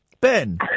Ben